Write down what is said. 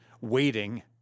waiting